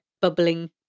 bubbling